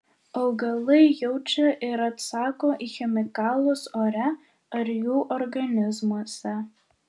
augalai jaučia ir atsako į chemikalus ore ar jų organizmuose